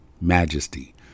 majesty